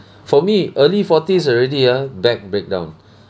for me early forties already ah back break down